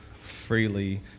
freely